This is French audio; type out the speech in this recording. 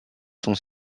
sont